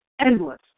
endless